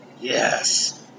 Yes